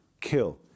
Kill